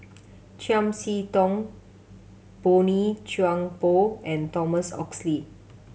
Chiam See Tong Boey Chuan Poh and Thomas Oxley